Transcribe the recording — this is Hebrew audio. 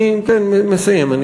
אני מסיים.